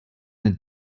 the